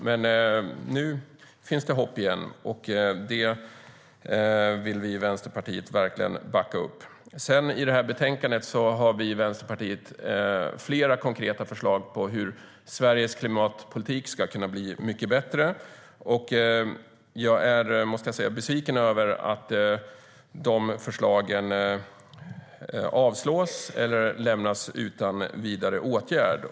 Men nu finns det hopp igen. Det vill vi i Vänsterpartiet verkligen backa upp. I betänkandet har vi i Vänsterpartiet flera konkreta förslag på hur Sveriges klimatpolitik ska kunna bli mycket bättre. Jag är, måste jag säga, besviken över att de förslagen avslås eller lämnas utan vidare åtgärd.